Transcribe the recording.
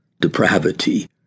depravity